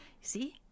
See